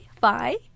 bye